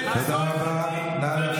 תודה רבה.